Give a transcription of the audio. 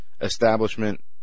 establishment